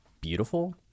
beautiful